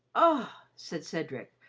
ah! said cedric,